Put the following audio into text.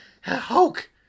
Hulk